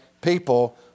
people